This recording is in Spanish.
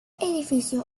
edificio